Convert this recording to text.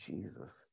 Jesus